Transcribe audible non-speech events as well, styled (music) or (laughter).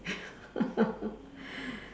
(laughs) (breath)